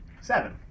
Seven